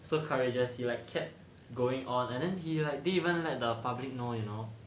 so courageous he like kept going on and then he like didn't even let the public know you know